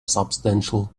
substantial